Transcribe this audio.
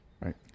Right